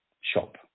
Shop